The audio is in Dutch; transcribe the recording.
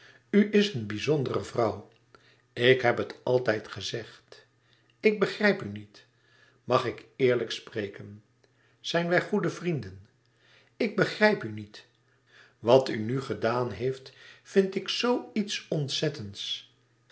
is een bizondere vrouw ik heb het altijd gezegd ik begrijp u niet mag ik eerlijk spreken zijn wij goede vrienden ik begrijp u niet wat u nu gedaan heeft vind ik zoo iets ontzettends